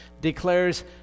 declares